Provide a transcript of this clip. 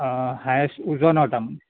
অঁ হায়েষ্ট ওজনৰ তাৰমানে